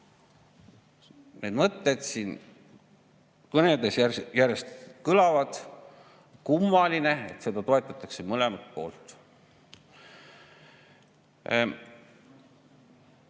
Need mõtted siin kõnedes järjest kõlavad. Kummaline, et seda toetatakse mõlemalt poolt.